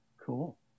Cool